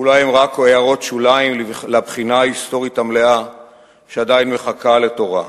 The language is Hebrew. אולי הם רק הערות שוליים לבחינה ההיסטורית המלאה שעדיין מחכה לדורה.